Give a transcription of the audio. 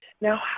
Now